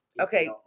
okay